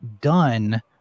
done